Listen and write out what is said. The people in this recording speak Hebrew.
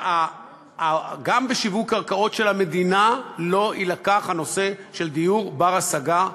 גם בשיווק קרקעות של המדינה לא יובא הנושא של דיור בר-השגה בחשבון.